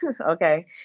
okay